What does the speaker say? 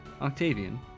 Octavian